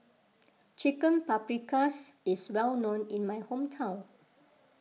Chicken Paprikas is well known in my hometown